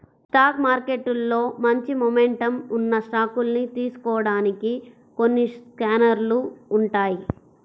stock మార్కెట్లో మంచి momentum ఉన్న స్టాకుల్ని తెలుసుకోడానికి కొన్ని స్కానర్లు ఉంటాయ్